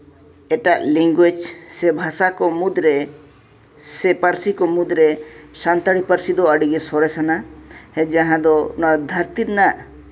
ᱮᱴᱟᱜ ᱞᱮᱱᱜᱩᱭᱮᱡᱽ ᱥᱮ ᱵᱷᱟᱥᱟ ᱠᱚ ᱢᱩᱫᱽᱨᱮ ᱥᱮ ᱯᱟᱹᱨᱥᱤ ᱠᱚ ᱢᱩᱫᱽᱨᱮ ᱥᱟᱱᱛᱟᱲᱤ ᱯᱟᱹᱨᱥᱤ ᱫᱚ ᱟᱹᱰᱤᱜᱮ ᱥᱚᱨᱮᱥᱟᱱᱟ ᱥᱮ ᱡᱟᱦᱟᱸ ᱫᱚ ᱫᱷᱟᱹᱨᱛᱤ ᱨᱮᱱᱟᱜ